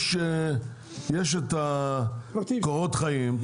יש את קורות החיים,